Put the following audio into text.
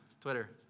Twitter